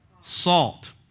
salt